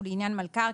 ולעניין מלכ"ר,